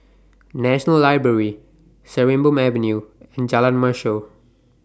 National Library Sarimbun Avenue and Jalan Mashor